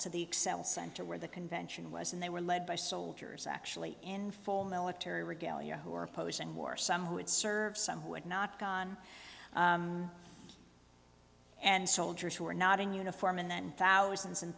to the excel center where the convention was and they were led by soldiers actually in full military regalia who are opposing war some who would serve some would knock on and soldiers who are not in uniform and then